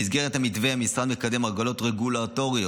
במסגרת המתווה המשרד מקדם הקלות רגולטוריות